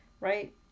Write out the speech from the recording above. right